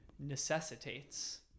necessitates